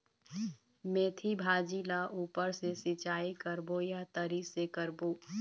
मेंथी भाजी ला ऊपर से सिचाई करबो या तरी से करबो?